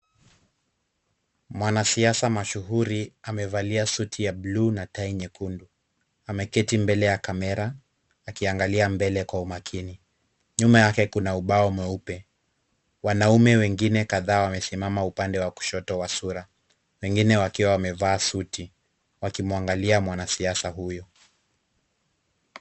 Mwanasiasa mashuhuri amevalia suti ya bluu na tai nyekundu, ameketi mbele ya kamera akiangalia mbele kwa umakini, nyuma yake kuna ubao mweupe, wanaume wengine kadha wamesimama upande wa kushoto wa sura, wengine wakiwa wamevaa suti wakimwangalia mwanasiasa huyo.